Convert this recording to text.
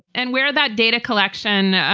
and where that data collection.